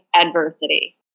adversity